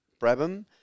Brabham